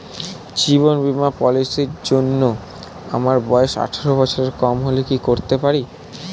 জীবন বীমা পলিসি র জন্যে আমার বয়স আঠারো বছরের কম হলে কি করতে হয়?